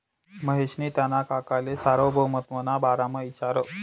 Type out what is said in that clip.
महेशनी त्याना काकाले सार्वभौमत्वना बारामा इचारं